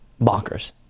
bonkers